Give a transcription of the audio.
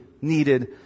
needed